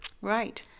Right